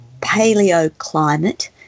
paleoclimate